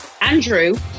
Andrew